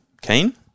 Keen